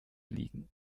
liegen